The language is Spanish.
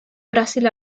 brasil